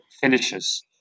finishes